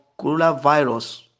coronavirus